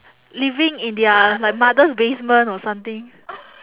living in their like mother's basement or something